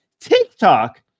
TikTok